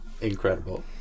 Incredible